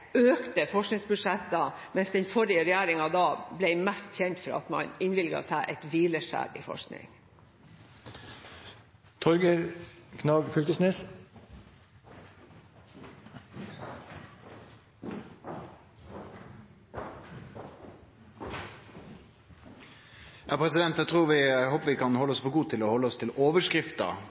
økte forskningsbudsjetter, mens den forrige regjeringen ble mest kjent for at de innvilget seg et hvileskjær innen forskning. Eg håper vi kan halde oss for gode til å halde oss til